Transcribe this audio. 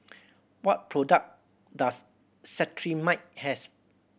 what product does Cetrimide have